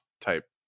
type